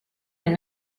est